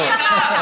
לא היית, לא שמעת.